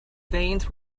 veins